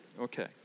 Okay